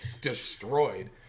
destroyed